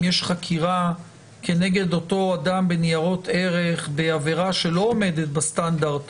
אם יש חקירה כנגד אותו אדם בניירות ערך בעבירה שלא עומדת בסטנדרט